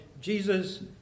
Jesus